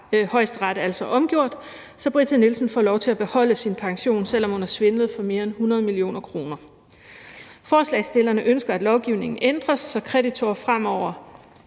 Højesteret altså omgjort, så Britta Nielsen får lov til at beholde sin pension, selv om hun har svindlet for mere end 100 mio. kr. Forslagsstillerne ønsker, at lovgivningen ændres, så en kreditor fremover